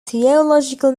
theological